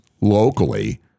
locally